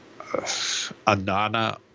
Anana